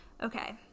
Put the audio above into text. Okay